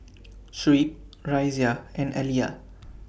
Shuib Raisya and Alya